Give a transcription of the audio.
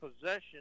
possession